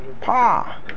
Pa